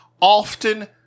often